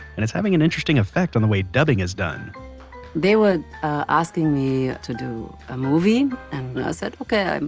and it's having an interesting effect on the way dubbing is done they were asking me to do a movie, and i said, okay,